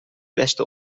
beste